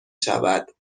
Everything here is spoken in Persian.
شود